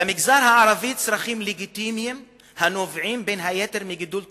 "למגזר הערבי צרכים לגיטימיים הנובעים בין היתר מגידול טבעי.